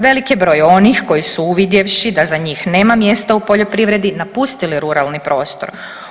Velik je broj onih koji su uvidjevši da za njih nema mjesta u poljoprivredi napustili ruralni prostor.